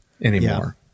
Anymore